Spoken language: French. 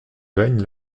règne